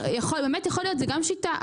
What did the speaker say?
האמת, יכול להיות, זו גם שיטה.